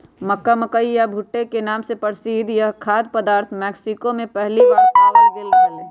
मक्का, मकई या भुट्टे के नाम से प्रसिद्ध यह खाद्य पदार्थ मेक्सिको में पहली बार पावाल गयले हल